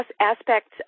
Aspects